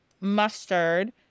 mustard